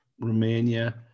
Romania